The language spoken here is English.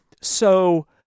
So-